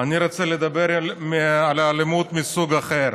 ואני רוצה לדבר על אלימות מסוג אחר.